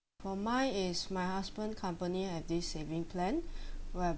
for mine is my husband company have this saving plan